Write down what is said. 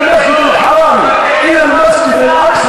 הערבית: "ישתבח שמו של המסיע את עבדו בלילה מן המסגד הקדוש